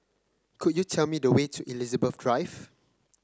could you tell me the way to Elizabeth Drive